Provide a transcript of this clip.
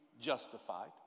justified